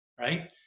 right